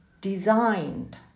designed